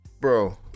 bro